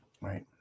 Right